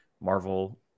Marvel